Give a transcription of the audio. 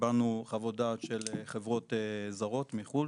קיבלנו חוות דעת של חברות זרות מחול,